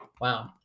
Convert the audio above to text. Wow